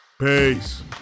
peace